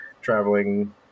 traveling